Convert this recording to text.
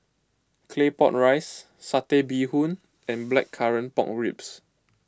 Claypot Rice Satay Bee Hoon and Blackcurrant Pork Ribs